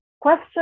question